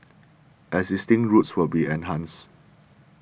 existing routes will be enhanced